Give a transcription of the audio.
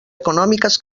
econòmiques